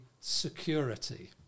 security